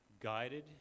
guided